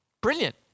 Brilliant